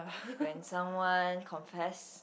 when someone confess